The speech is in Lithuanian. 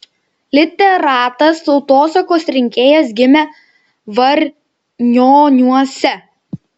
literatas tautosakos rinkėjas gimė varnioniuose